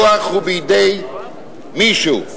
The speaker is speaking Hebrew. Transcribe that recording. הכוח הוא בידי מישהו,